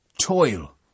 toil